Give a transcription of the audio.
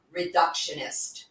reductionist